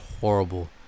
horrible